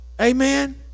Amen